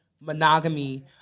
monogamy